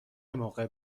موقع